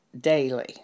daily